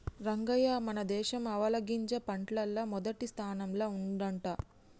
రంగయ్య మన దేశం ఆవాలగింజ పంటల్ల మొదటి స్థానంల ఉండంట